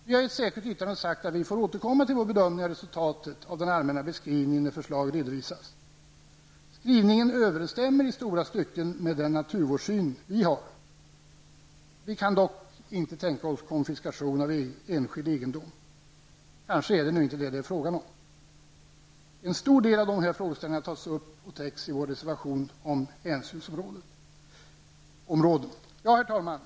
Vi har i ett särskilt yttrande sagt att vi får återkomma till vår bedömning av resultatet av den allmänna beskrivningen när förslag redovisas. Skrivningen överensstämmer i stora stycken med den naturvårdssyn som vi har. Vi kan dock inte tänka oss konfiskation av enskild egendom. Kanske är det inte detta det är fråga om. En stor del av dessa frågeställningar tas upp och täcks i vår reservation om hänsynsområden. Herr talman!